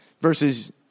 Versus